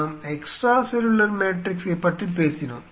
நாம் extra cellular மேட்ரிக்ஸைப் பற்றி பேசினோம்